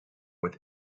with